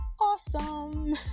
awesome